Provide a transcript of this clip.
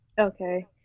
Okay